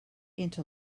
into